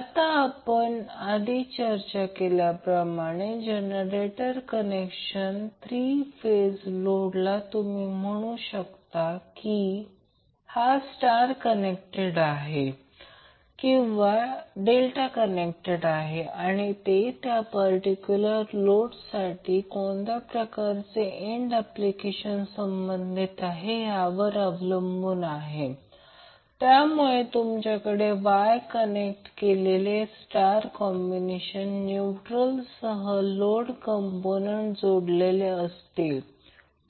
आता आपण आधी चर्चा केल्याप्रमाणे जनरेटर कनेक्शन 3 फेज लोड तुम्ही म्हणू शकता हा स्टार कनेक्टेड आहे किंवा डेल्टा कनेक्टेड आहे आणि ते त्या पर्टिक्युलर लोडसाठी कोणत्या प्रकारचे एंड ऍप्लिकेशन संबंधित आहे यावर अवलंबून असते त्यामुळे तुमच्याकडे वाय कनेक्ट केलेले स्टार कॉम्बिनेशन न्यूट्रलसह लोड कंपोनेंट जोडलेले असतील